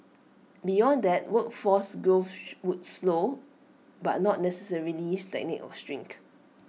beyond that workforce growth would slow but not necessarily stagnate or shrink